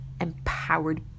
empowered